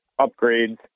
upgrades